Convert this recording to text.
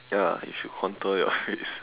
ya you should contour your face